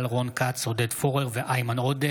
תודה.